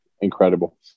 incredible